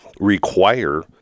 Require